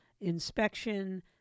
inspection